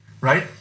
Right